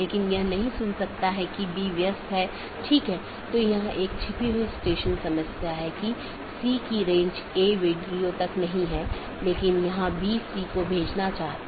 जैसे मैं कहता हूं कि मुझे वीडियो स्ट्रीमिंग का ट्रैफ़िक मिलता है या किसी विशेष प्रकार का ट्रैफ़िक मिलता है तो इसे किसी विशेष पथ के माध्यम से कॉन्फ़िगर या चैनल किया जाना चाहिए